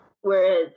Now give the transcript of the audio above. whereas